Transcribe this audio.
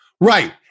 Right